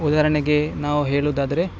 ಉದಾಹರಣೆಗೆ ನಾವು ಹೇಳೋದಾದ್ರೆ